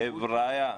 חברים,